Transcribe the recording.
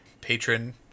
patron